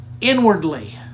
inwardly